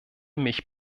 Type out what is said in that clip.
mich